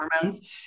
hormones